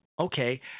okay –